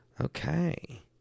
Okay